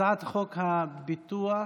הצעת חוק הביטוח הלאומי,